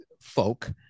folk